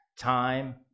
time